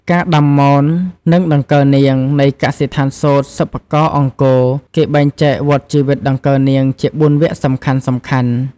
ការដាំមន និងដង្កូវនាង នៃកសិដ្ឋានសូត្រសិប្បករអង្គរ គេបែងចែកវដ្ដជីវិតដង្កូវនាងជា៤វគ្គសំខាន់ៗ។